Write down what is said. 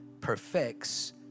perfects